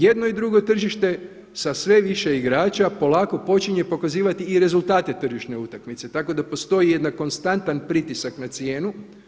Jedno i drugo tržište sa sve više igrača polako počinje pokazivati i rezultate tržišne utakmice, tako da postoji jedan konstantan pritisak na cijenu.